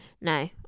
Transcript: No